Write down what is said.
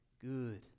Good